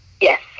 Yes